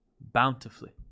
bountifully